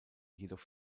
jedoch